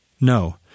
no